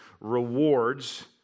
rewards